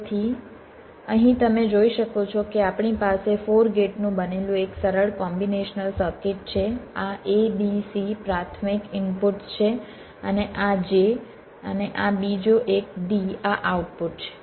તેથી અહીં તમે જોઈ શકો છો કે આપણી પાસે 4 ગેટનું બનેલું એક સરળ કોમ્બિનેશનલ સર્કિટ છે આ A B C પ્રાથમિક ઇનપુટ્સ છે અને આ J અને આ બીજો એક D આ આઉટપુટ છે